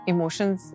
Emotions